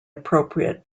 appropriate